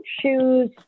shoes